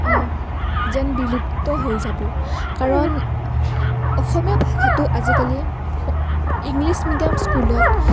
যেন বিলুপ্ত হৈ যাব কাৰণ অসমীয়া ভাষাটো আজিকালি ইংলিছ মিডিয়াম স্কুলত